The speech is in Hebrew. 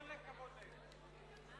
כל הכבוד להם.